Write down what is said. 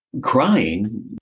Crying